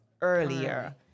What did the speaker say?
earlier